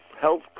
health